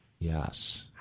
Yes